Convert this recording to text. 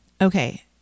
Okay